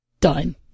done